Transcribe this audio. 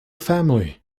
family